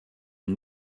une